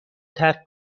ترک